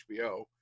HBO